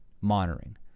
monitoring